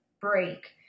break